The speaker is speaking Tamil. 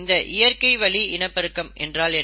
இந்த இயற்கை வழி இனப்பெருக்கம் என்றால் என்ன